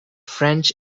french